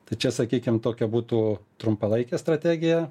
tai čia sakykim tokia būtų trumpalaikė strategija